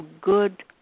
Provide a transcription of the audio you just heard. good